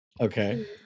Okay